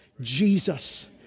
Jesus